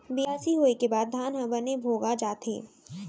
बियासी होय के बाद धान ह बने भोगा जाथे